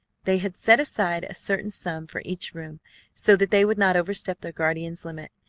they had set aside a certain sum for each room so that they would not overstep their guardian's limit,